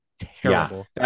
Terrible